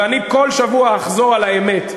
ואני כל שבוע אחזור על האמת.